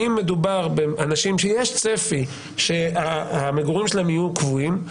אם מדובר באנשים שיש צפי שהמגורים שלהם יהיו קבועים,